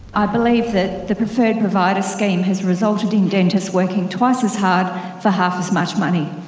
i believe that the preferred provider scheme has resulted in dentists working twice as hard for half as much money,